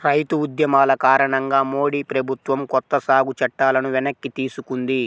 రైతు ఉద్యమాల కారణంగా మోడీ ప్రభుత్వం కొత్త సాగు చట్టాలను వెనక్కి తీసుకుంది